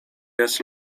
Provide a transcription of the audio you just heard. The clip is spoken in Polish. jest